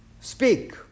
speak